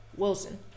Wilson